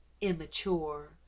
immature